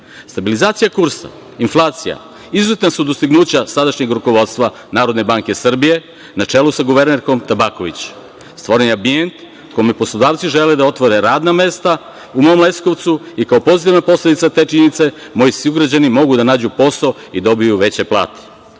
Evropljana. Stabilizacija kursa, inflacija izuzetna su dostignuća sadašnjeg rukovodstva Narodne banke Srbije, na čelu sa guvernerkom Tabaković. Stvoren je ambijent u kome poslodavci žele da otvore radna mesta u mom Leskovcu i kao pozitivna posledica te činjenice koji sugrađani mogu da nađu posao i dobiju veće plate.